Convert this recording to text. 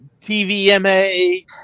TVMA